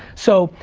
so,